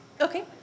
Okay